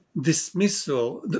dismissal